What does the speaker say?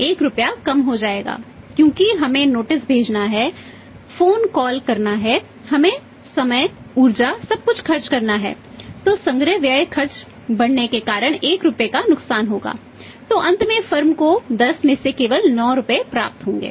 1 रुपए कम हो जाएगा क्योंकि हमें नोटिस को 10 में से केवल 9 रुपये प्राप्त होंगे